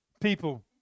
people